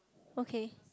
okay